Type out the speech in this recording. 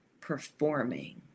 performing